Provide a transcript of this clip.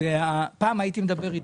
פעם הייתי מדבר איתו.